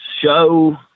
show